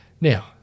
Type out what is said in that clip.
Now